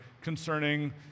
concerning